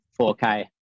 4K